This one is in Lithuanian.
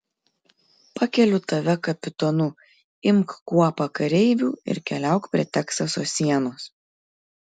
pakeliu tave kapitonu imk kuopą kareivių ir keliauk prie teksaso sienos